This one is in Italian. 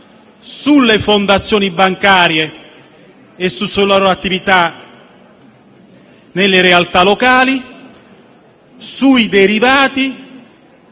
sulle fondazioni bancarie e sulle loro attività nelle realtà locali, sui derivati